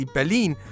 Berlin